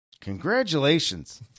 Congratulations